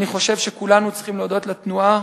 אני חושב שכולנו צריכים להודות לתנועה